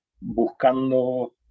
buscando